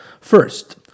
First